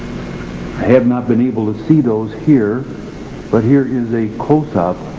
have not been able to see those here but here is a close-up